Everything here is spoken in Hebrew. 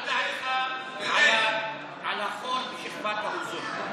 מה דעתך על החור בשכבת האוזון?